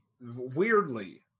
weirdly